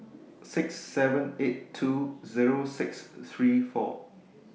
six seven eight two Zero six three four